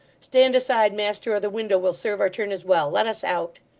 stand aside, master, or the window will serve our turn as well. let us out